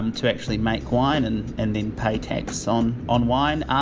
and to actually make wine and and then pay tax um on wine. um